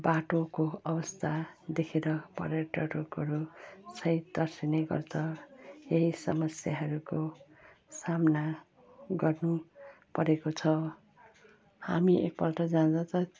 बाटोको अवस्था देखेर पर्यटकहरू सायद तर्सिने गर्छ यही समस्याहरूको सामना गर्नु परेको छ हामी एकपल्ट जाँदा त